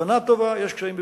הכוונה טובה, יש קשיים בביצוע.